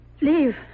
leave